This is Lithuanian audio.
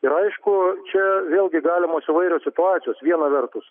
ir aišku čia vėlgi galimos įvairios situacijos viena vertus